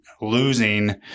losing